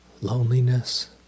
loneliness